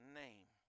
name